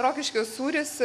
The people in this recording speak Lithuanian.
rokiškio sūris